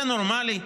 זה נורמלי?